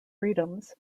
freedoms